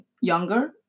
younger